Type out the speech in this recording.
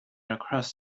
across